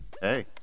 hey